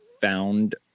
found